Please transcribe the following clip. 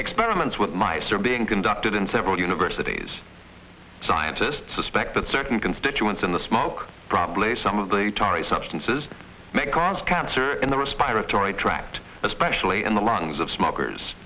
experiments with mice are being conducted in several universities scientists suspect that certain constituents in the smoke probably some of the tare substances may cause cancer in the response retore tract especially in the lungs of smokers